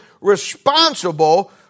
responsible